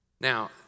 Now